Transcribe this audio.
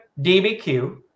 DBQ